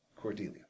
Cordelia